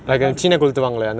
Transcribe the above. like how to say